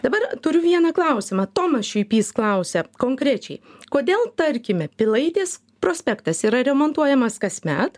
dabar turiu vieną klausimą tomas šiuipys klausia konkrečiai kodėl tarkime pilaitės prospektas yra remontuojamas kasmet